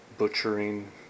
Butchering